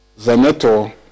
Zanetto